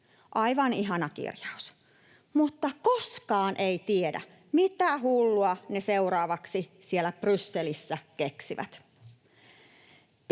Aivan ihana kirjaus, mutta koskaan ei tiedä, mitä hullua ne seuraavaksi siellä Brysselissä keksivät.